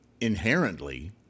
inherently